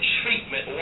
treatment